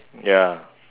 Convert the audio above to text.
ya